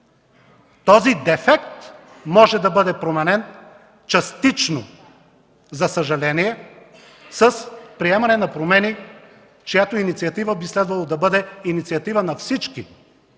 Този дефект може да бъде променен частично, за съжаление, с приемане на промени, чиято инициатива би следвало да бъде инициатива на всички,